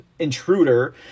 intruder